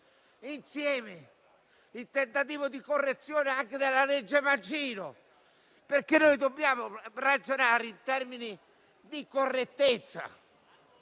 insieme il tentativo di correzione anche della legge Mancino, perché dobbiamo ragionare in termini di correttezza.